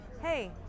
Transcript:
hey